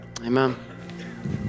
amen